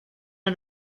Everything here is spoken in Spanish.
una